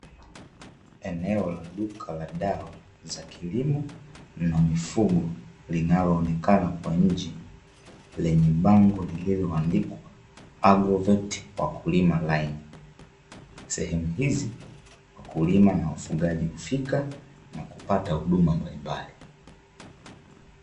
Eneo la duka la dawa za kilimo na mifugo linaloonoekana kwa nje, lenye bango lililoandikwa (agrovet wakulima line). Sehemu hizi, wakulima na wafugaji hufika na kupata huduma mbalimbali.